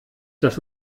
dass